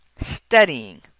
studying